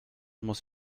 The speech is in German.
muss